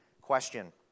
question